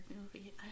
movie